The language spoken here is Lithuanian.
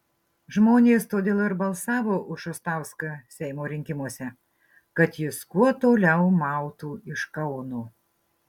žmonės todėl ir balsavo už šustauską seimo rinkimuose kad jis kuo toliau mautų iš kauno